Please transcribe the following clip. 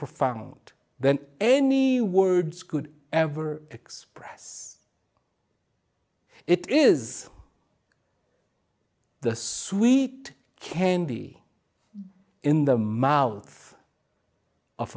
profound than any words could ever express it is the sweet candy in the mouth of